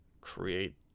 create